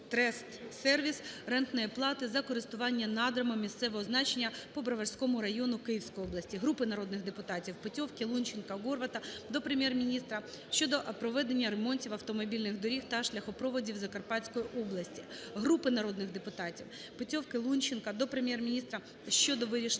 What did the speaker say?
рентної плати за користування надрами місцевого значення по Броварському району Київської області. Групи народних депутатів (Петьовки, Лунченка, Горвата) до Прем'єр-міністра щодо проведення ремонтів автомобільних доріг та шляхопроводів Закарпатської області. Групи народних депутатів (Петьовки, Лунченка, Горвата) до Прем'єр-міністра щодо вирішення